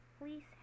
Please